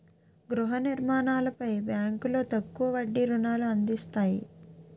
గృహ నిర్మాణాలపై బ్యాంకులో తక్కువ వడ్డీ రుణాలు అందిస్తాయి